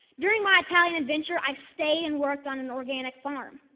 during my italian adventure, i stayed and worked on an organic farm.